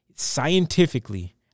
scientifically